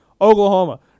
Oklahoma